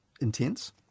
intense